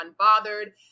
unbothered